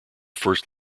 first